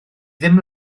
ddim